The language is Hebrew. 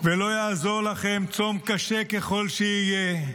ולא יעזור לכם צום, קשה ככל שיהיה.